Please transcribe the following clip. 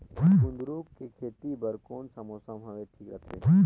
कुंदूरु के खेती बर कौन सा मौसम हवे ठीक रथे?